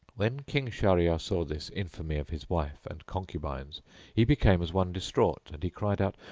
when king shahryar saw this infamy of his wife and concubines he became as one distraught and he cried out,